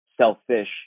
selfish